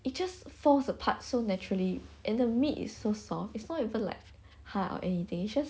it just falls apart so naturally and the meat is so soft it's not like even hard or anything it's just